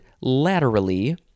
laterally